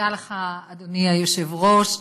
לך, אדוני היושב-ראש.